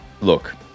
look